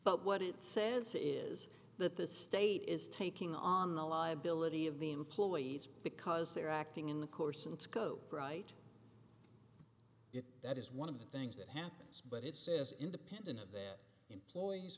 but what it says is that the state is taking on the liability of the employees because they're acting in the course and scope right if that is one of the things that happens but it says independent of their employees